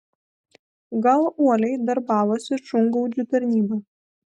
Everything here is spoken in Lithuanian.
gal uoliai darbavosi šungaudžių tarnyba